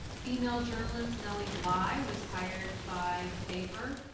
female journalist nellie bly was hired by the paper